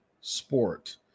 sport